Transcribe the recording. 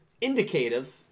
indicative